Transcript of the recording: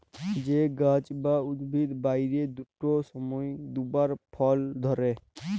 যে গাহাচ বা উদ্ভিদ বারের দুট সময়ে দুবার ফল ধ্যরে